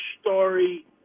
story